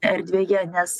erdvėje nes